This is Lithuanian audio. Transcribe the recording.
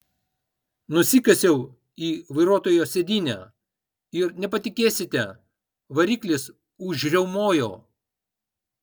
nusikasiau į vairuotojo sėdynę ir nepatikėsite variklis užriaumojo